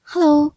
Hello